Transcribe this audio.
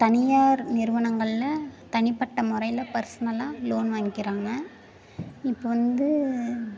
தனியார் நிறுவனங்களில் தனிப்பட்ட முறையில் பர்ஸ்னலாக லோன் வாங்கிக்கிறாங்க இப்போ வந்து